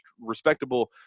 respectable